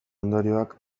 ondorioak